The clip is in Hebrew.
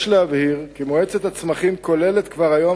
יש להבהיר כי מועצת הצמחים כוללת כבר היום